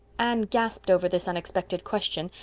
anne gasped over this unexpected question,